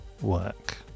work